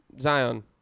Zion